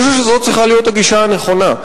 אני חושב שזאת צריכה להיות הגישה הנכונה.